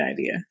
idea